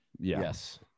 yes